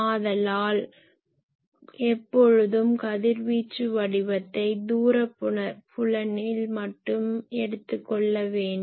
ஆதலால் எப்பொழுதும் கதிர்வீச்சு வடிவத்தை தூரப் புலனில் மட்டும் எடுத்துக்கொள்ள வேண்டும்